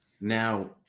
Now